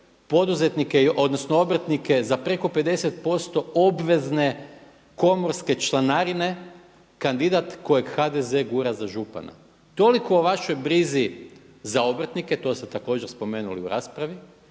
poduzetnike, odnosno obrtnike za preko 50% obvezne komorske članarine, kandidat kojeg HDZ gura za župana. Toliko o vašoj brizi za obrtnike, to ste također spomenuli u raspravi.